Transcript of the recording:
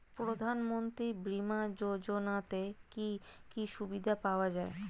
প্রধানমন্ত্রী বিমা যোজনাতে কি কি সুবিধা পাওয়া যায়?